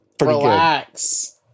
Relax